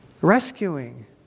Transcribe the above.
Rescuing